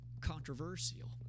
controversial